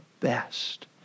best